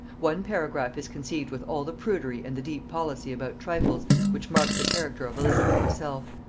one paragraph is conceived with all the prudery and the deep policy about trifles, which marked the character of elizabeth herself.